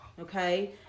okay